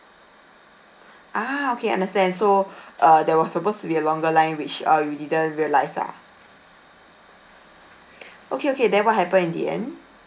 ah okay understand so uh there was supposed to be a longer line which uh you didn't realise ah okay okay then what happened in the end